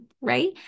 right